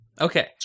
Okay